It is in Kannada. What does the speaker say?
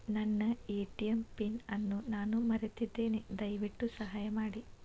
ನನ್ನ ಎ.ಟಿ.ಎಂ ಪಿನ್ ಅನ್ನು ನಾನು ಮರೆತಿದ್ದೇನೆ, ದಯವಿಟ್ಟು ಸಹಾಯ ಮಾಡಿ